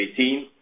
2018